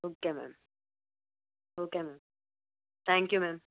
okay ma'am okay ma'am thank you ma'am